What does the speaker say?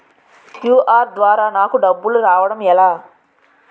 QR ద్వారా నాకు డబ్బులు రావడం ఎలా?